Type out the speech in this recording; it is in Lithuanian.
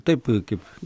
taip kaip